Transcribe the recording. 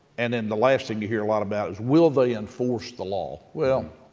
and then the last thing you hear a lot about is, will they enforce the law? well,